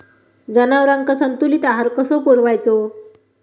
जनावरांका संतुलित आहार कसो पुरवायचो?